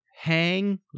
Hang